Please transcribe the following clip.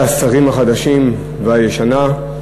מכובדי השרים החדשים והישנה,